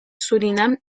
surinam